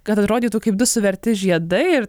kad atrodytų kaip du suverti žiedai ir